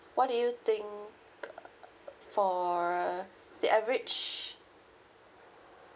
what do you think uh for the average